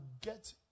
get